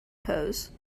pose